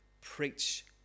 preach